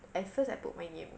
at first I put my name